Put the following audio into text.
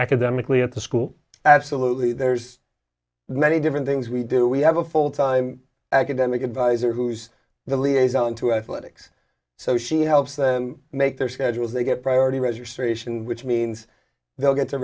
academically at the school absolutely there's many different things we do we have a full time academic advisor who's the liaison to i thought it was so she helps them make their schedules they get priority registration which means they'll get to